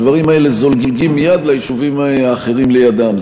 הדברים האלה זולגים מייד ליישובים אחרים לידם.